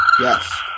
Yes